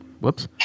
Whoops